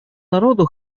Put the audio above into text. народу